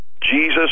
Jesus